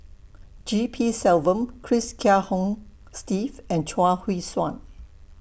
G P Selvam Cress Kiah Hong Steve and Chuang Hui Tsuan